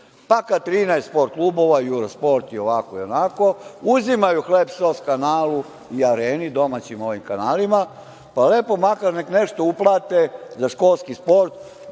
Pa, kada 13 „Sport klubova“ i „Euro sport“ i ovako i onako, uzimaju hleb SOS kanalu i „Areni“, domaćim ovim kanalima, pa lepo neka nešto uplate za školski sport,